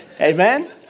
Amen